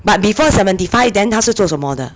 but before seventy five then 她是做什么的